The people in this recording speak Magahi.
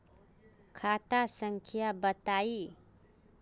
खाता संख्या बताई?